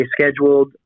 scheduled